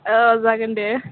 औ जागोन दे